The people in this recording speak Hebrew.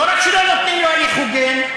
לא רק שלא נותנים לו הליך הוגן,